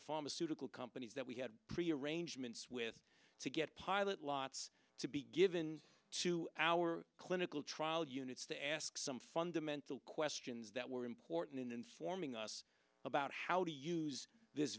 the pharmaceutical companies that we had pre arrangements with to get pilot lots to be given to our clinical trial units to ask some fundamental questions that were important in informing us about how to use this